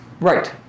Right